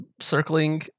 circling